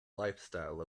lifestyle